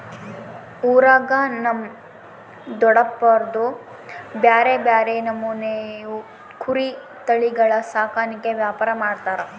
ಊರಾಗ ನಮ್ ದೊಡಪ್ನೋರ್ದು ಬ್ಯಾರೆ ಬ್ಯಾರೆ ನಮೂನೆವು ಕುರಿ ತಳಿಗುಳ ಸಾಕಾಣಿಕೆ ವ್ಯಾಪಾರ ಮಾಡ್ತಾರ